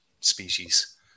species